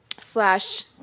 slash